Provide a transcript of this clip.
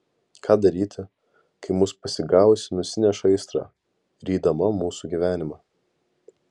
ką daryti kai mus pasigavusi nusineša aistra rydama mūsų gyvenimą